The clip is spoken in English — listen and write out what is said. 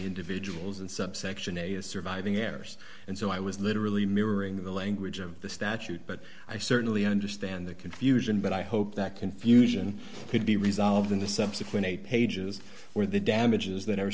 individuals and subsection a is surviving heirs and so i was literally mirroring the language of the statute but i certainly understand the confusion but i hope that confusion could be resolved in the subsequent eight pages where the damages tha